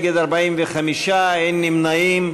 45 נגד, אין נמנעים.